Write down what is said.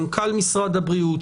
מנכ"ל משרד הבריאות,